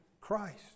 Christ